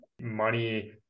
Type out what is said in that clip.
money